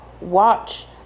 watch